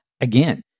Again